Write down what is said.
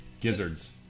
Gizzards